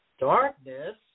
darkness